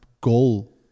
goal